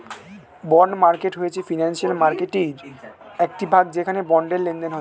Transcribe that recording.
bond market হয়েছে financial মার্কেটয়ের একটি ভাগ যেখানে বন্ডের লেনদেন হয়